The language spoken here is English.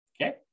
okay